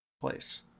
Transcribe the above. place